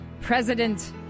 president